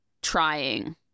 trying